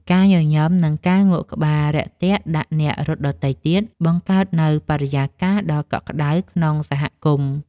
ការញញឹម និងការងក់ក្បាលរាក់ទាក់ដាក់អ្នករត់ដទៃទៀត បង្កើតនូវបរិយាកាសដ៏កក់ក្ដៅក្នុងសហគមន៍។